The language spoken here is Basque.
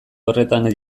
horretan